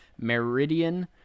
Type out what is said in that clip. Meridian